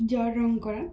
জলরঙ করা